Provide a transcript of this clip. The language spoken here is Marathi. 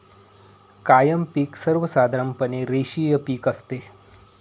कायम पिक सर्वसाधारणपणे रेषीय पिक असते